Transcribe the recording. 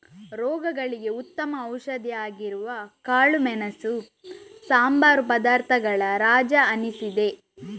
ರೋಗಗಳಿಗೆ ಉತ್ತಮ ಔಷಧಿ ಆಗಿರುವ ಕಾಳುಮೆಣಸು ಸಂಬಾರ ಪದಾರ್ಥಗಳ ರಾಜ ಅನಿಸಿದೆ